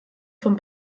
von